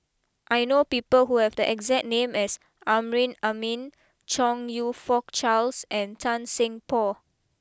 I know people who have the exact name as Amrin Amin Chong you Fook Charles and Tan Seng Poh